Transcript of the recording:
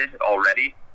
already